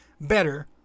better